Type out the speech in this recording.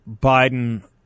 Biden